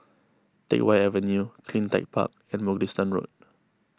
Teck Whye Avenue CleanTech Park and Mugliston Road